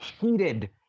heated